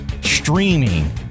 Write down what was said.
streaming